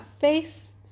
face